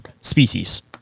species